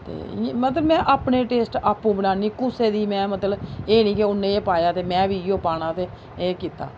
मतलब में अपने टेस्ट आपूं बनान्नी कुसै दी में मतलब एह् निं कि उ'नें एह् पाया ते में बी इ'यै पाना ते एह् कीता